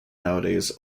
nowadays